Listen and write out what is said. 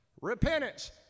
repentance